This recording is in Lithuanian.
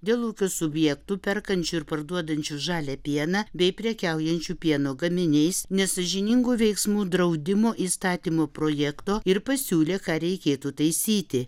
dėl ūkio subjektų perkančių ir parduodančių žalią pieną bei prekiaujančių pieno gaminiais nesąžiningų veiksmų draudimo įstatymo projekto ir pasiūlė ką reikėtų taisyti